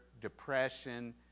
depression